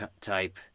type